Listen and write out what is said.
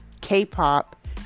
k-pop